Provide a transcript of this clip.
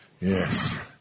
Yes